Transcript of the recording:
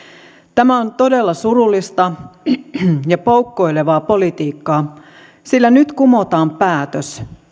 tämä on todella surullista ja poukkoilevaa politiikkaa sillä nyt kumotaan päätös